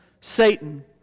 Satan